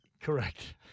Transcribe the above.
Correct